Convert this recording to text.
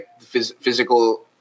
physical